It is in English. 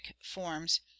forms